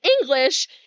English